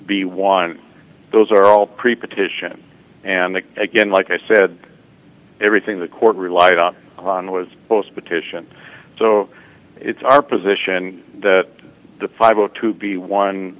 be one those are all preconditions and again like i said everything the court relied on on was post petition so it's our position that the five ought to be